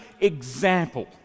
example